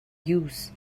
use